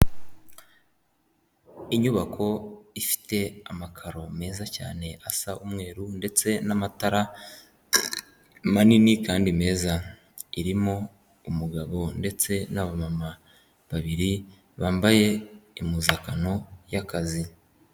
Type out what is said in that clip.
Inyubako ifite amakaro meza cyane asa umweru ndetse n'amatara manini kandi meza, irimo umugabo ndetse n'aba mama babiri bambaye impuzankano y'akazi.